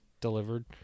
delivered